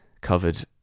covered